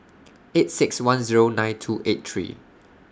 eight six one Zero nine two eight three